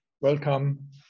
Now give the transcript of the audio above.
Welcome